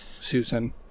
Susan